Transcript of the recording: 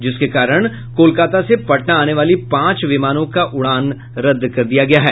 जिसके कारण कोलकाता से पटना आने वाली पांच विमानों का उड़ान रद्द कर दिया गया है